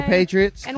Patriots